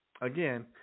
Again